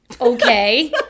Okay